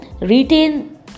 retain